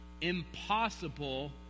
impossible